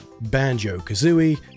Banjo-Kazooie